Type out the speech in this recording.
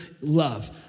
love